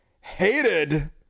hated